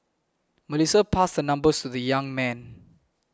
Melissa passed her number to the young man